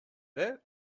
that